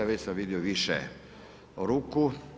Već sam vidio više ruku.